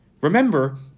remember